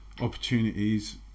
opportunities